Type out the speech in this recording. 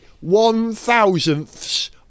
one-thousandths